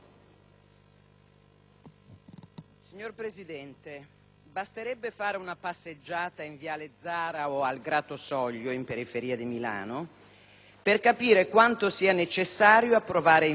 Signor Presidente, basterebbe fare una passeggiata in viale Zara o al Gratosoglio, alla periferia di Milano, per capire quanto sia necessario approvare in fretta il pacchetto sicurezza.